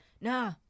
nah